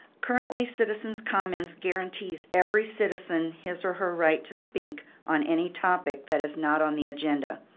currently, citizens comments guarantees every citizen his or her right to speak on any topic that is not on the agenda.